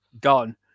gone